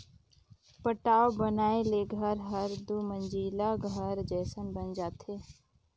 पटाव बनाए ले घर हर दुमंजिला घर जयसन बन जाथे